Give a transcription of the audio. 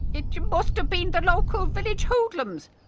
it must have been the local village hoodlums!